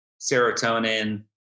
serotonin